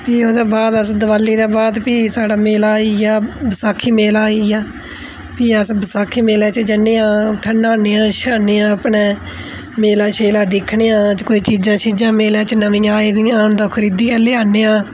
फ्ही ओह्दे बाद अस दवाली दे बाद फ्ही साढ़ा मेला आई गेआ बसाखी मेला आई गेआ फ्ही अस बसाखी मेलै च जन्ने आं उत्थै न्हाने आं शाने आं अपनै मेला शेला दिक्खने आं ओह्दे च कोई चीजां शीजां मेलै च नमियां आई दियां होन तां ओह् खरीदियै लेआने आं